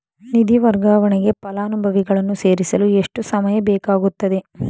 ನಿಧಿ ವರ್ಗಾವಣೆಗೆ ಫಲಾನುಭವಿಗಳನ್ನು ಸೇರಿಸಲು ಎಷ್ಟು ಸಮಯ ಬೇಕಾಗುತ್ತದೆ?